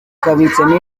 kabitsemo